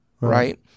Right